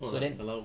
ah kalau